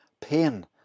pain